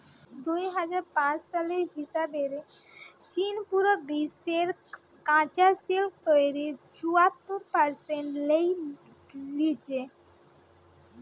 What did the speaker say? দুই হাজার পাঁচ সালের হিসাব রে চীন পুরা বিশ্বের কাচা সিল্ক তইরির চুয়াত্তর পারসেন্ট লেই লিচে